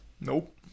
Nope